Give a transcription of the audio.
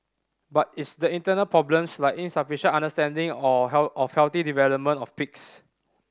but it's the internal problems like insufficient understanding or of health development of pigs